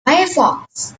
firefox